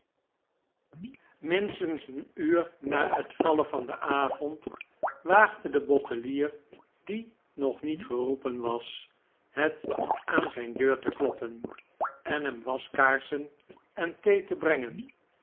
minstens een uur na het vallen van den avond waagde de bottelier die nog niet geroepen was het aan zijn deur te kloppen en hem waskaarsen en thee te brengen